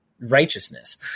righteousness